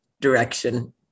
direction